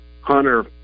Hunter